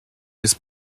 his